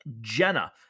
Jenna